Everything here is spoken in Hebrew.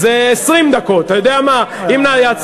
אתה יודע מה, זה 20 דקות.